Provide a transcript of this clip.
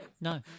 No